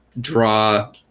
draw